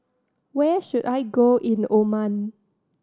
where should I go in Oman